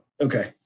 Okay